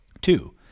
Two